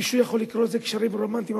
מישהו יכול לקרוא לזה קשרים רומנטיים,